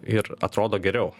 ir atrodo geriau